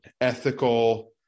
ethical